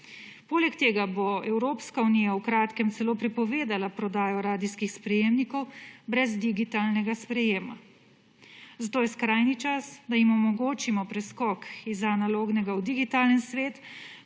Poleg tega bo Evropska unija v kratkem celo prepovedala prodajo radijskih sprejemnikov brez digitalnega sprejema. Zato je skrajni čas, da jim omogočimo preskok iz analognega v digitalni svet,